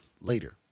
later